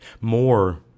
More